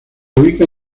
ubica